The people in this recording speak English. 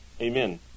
amen